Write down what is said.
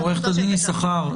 עורכת הדין יששכר,